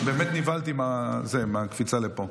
באמת נבהלתי מהקפיצה לפה.